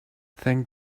thank